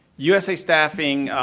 usa staffing